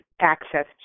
access